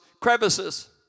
crevices